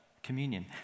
Communion